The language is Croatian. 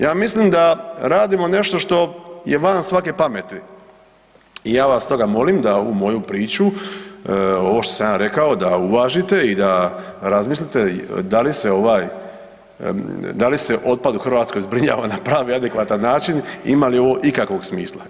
Ja mislim da radimo nešto što je van svake pameti i ja vas stoga molim da ovu moju priču ovo što sam ja rekao da uvažite i da razmislite da li se otpada u Hrvatskoj zbrinjava na pravi i adekvatan način i ima li ovo ikakvog smisla?